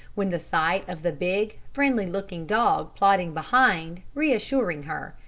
when the sight of the big, friendly-looking dog plodding behind, reassuring her,